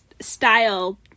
style